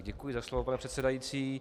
Děkuji za slovo, pane předsedající.